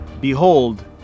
behold